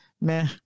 Meh